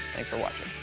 thanks for watching.